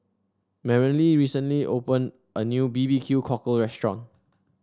Maralyn recently open a new B B Q Cockle restaurant